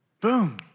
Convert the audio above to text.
Boom